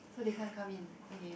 so they can't come in okay